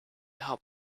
help